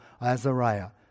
Azariah